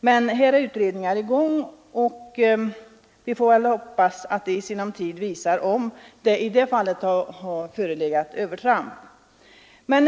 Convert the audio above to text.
Där är en utredning i gång, och vi får väl hoppas att den i sinom tid kommer att visa om övertramp har förekommit i detta fall.